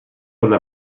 una